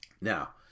Now